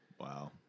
wow